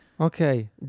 Okay